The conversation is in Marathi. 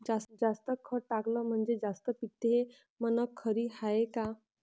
जास्त खत टाकलं म्हनजे जास्त पिकते हे म्हन खरी हाये का?